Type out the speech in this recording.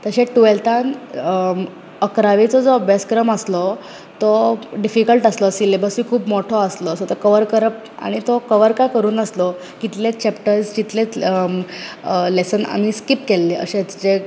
तशेंच टुवेलतान अकरोवेचो जो अभ्यास क्रम आसलो तो डिफीकल्ट आसलो सिलबसूय खूब मोठो आसलो सो तो कवर करप आनी तो कवर कांय करूं नासलो कितलेंत चैप्टर्स कितलें लेसन आमी स्किप केल्ले अशेंच जे